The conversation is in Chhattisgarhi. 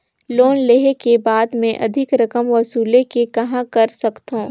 लोन लेहे के बाद मे अधिक रकम वसूले के कहां कर सकथव?